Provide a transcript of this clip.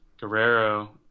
Guerrero